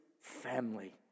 family